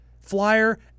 Flyer